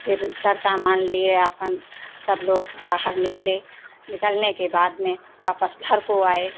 फिर सर सामन लिए आपन सब लोग बाहर निकले निकलने के बाद में वापस घर को आए